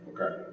Okay